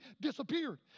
disappeared